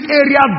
area